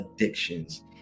addictions